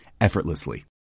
effortlessly